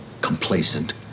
complacent